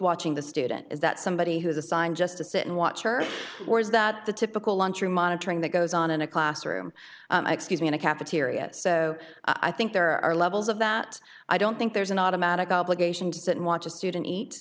watching the student is that somebody who is assigned just to sit and watch her or is that the typical lunchroom monitoring that goes on in a classroom excuse me in a cafeteria so i think there are levels of that i don't think there's an automatic obligation to sit and watch a student eat